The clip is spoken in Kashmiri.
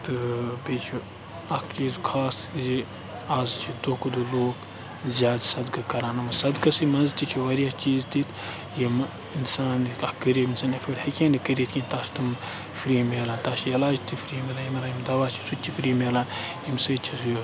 تہٕ بیٚیہِ چھُ اَکھ چیٖز خاص زِ اَز چھُ دۄہ کھۄتہٕ دۄہ لوٗکھ زیادٕ صدقہٕ کَران صدقَسٕے منٛز تہِ چھِ واریاہ چیٖز تِتھۍ یِم اِنسان اَکھ غریٖبَن اِنسان ایفٲرڈ ہیٚکہِ ہے نہٕ کٔرِتھ کیٚنٛہہ تَتھ چھِ تِم فرٛی میلان تَتھ چھِ علاج تہِ فرٛی میلان یِمن یِم دَوا چھِ سُہ تہِ چھِ فرٛی میلان ییٚمہِ سۭتۍ چھُ سُہ یہِ